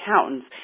Accountants